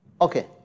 Okay